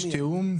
יש תיאום.